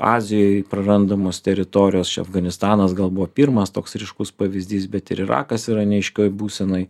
azijoj prarandamos teritorijos čia afganistanas gal buvo pirmas toks ryškus pavyzdys bet ir irakas yra neaiškioj būsenoj